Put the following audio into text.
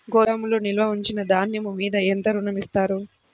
గోదాములో నిల్వ ఉంచిన ధాన్యము మీద ఎంత ఋణం ఇస్తారు?